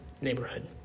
neighborhood